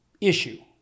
issue